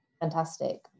fantastic